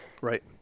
Right